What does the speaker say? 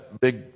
big